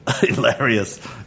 Hilarious